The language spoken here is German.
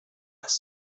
als